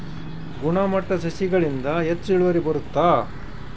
ಗುಣಮಟ್ಟ ಸಸಿಗಳಿಂದ ಹೆಚ್ಚು ಇಳುವರಿ ಬರುತ್ತಾ?